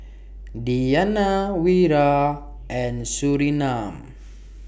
Diyana Wira and Surinam